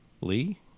Lee